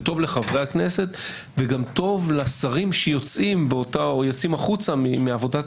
זה טוב לחברי הכנסת וגם טוב לשרים שיוצאים החוצה מעבודת